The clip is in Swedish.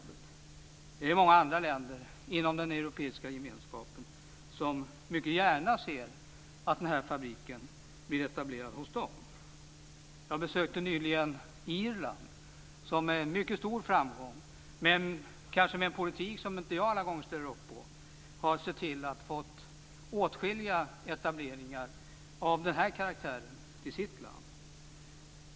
Det finns många länder inom den europeiska gemenskapen som mycket gärna ser att den här fabriken blir etablerad hos dem. Jag besökte nyligen Irland. Man har i det landet varit mycket framgångrika, dock med en politik som jag kanske inte alla gånger ställer upp på, och sett till att få åtskilliga etableringar av den här karaktären.